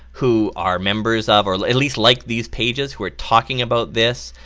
who are members of, or at least like these pages, who are talking about this.